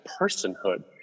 personhood